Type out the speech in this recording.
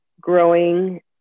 growing